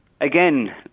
Again